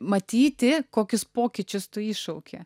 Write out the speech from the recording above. matyti kokius pokyčius tu iššauki